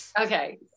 Okay